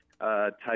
type